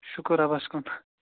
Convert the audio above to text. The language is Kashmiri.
شُکُر رۄبَس کُن